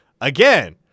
again